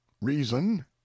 reason